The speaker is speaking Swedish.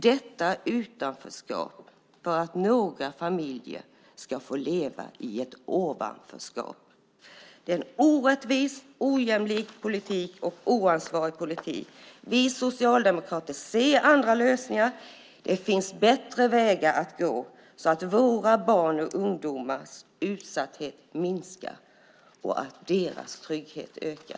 Detta utanförskap finns för att några familjer ska få leva i ett ovanförskap. Det är en orättvis, ojämlik och oansvarig politik. Vi socialdemokrater ser andra lösningar. Det finns bättre vägar att gå så att våra barns och ungdomars utsatthet minskar och deras trygghet ökar.